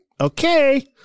okay